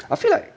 I feel like